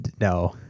No